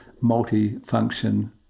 multi-function